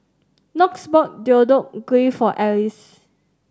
Knox bought Deodeok Gui for Alys